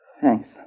Thanks